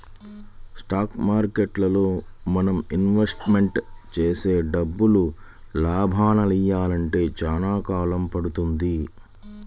stock మార్కెట్టులో మనం invest చేసే డబ్బులు లాభాలనియ్యాలంటే చానా కాలం పడుతుంది